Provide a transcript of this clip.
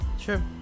Sure